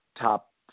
top